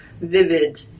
vivid